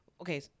okay